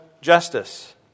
justice